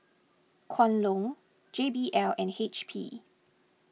Kwan Loong J B L and H P